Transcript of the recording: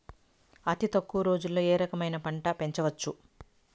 అతి తక్కువ రోజుల్లో ఏ రకమైన పంట పెంచవచ్చు?